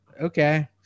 Okay